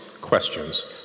questions